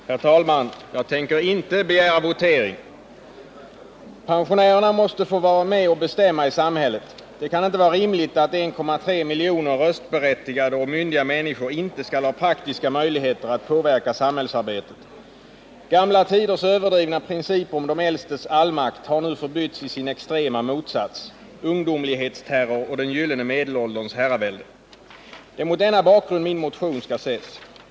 Herr talman! Jag tänker inte begära votering. Pensionärerna måste få vara med och bestämma i samhället. Det kan inte vara rimligt att 1,3 miljoner röstberättigade och myndiga människor inte skall ha praktiska möjligheter att påverka samhällsarbetet. Gamla tiders överdrivna principer om de äldstes allmakt har nu förbytts i sin extrema motsats — ungdomlighetsterror och den gyllene medelålderns herravälde. Det är mot denna bakgrund min motion skall ses.